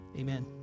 amen